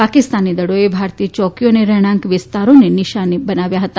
પાકિસ્તાની દળોએ ભારતીય ચોકીઓ અને રહેણાંક વિસ્તારોને નિશાન બનાવાયા હતા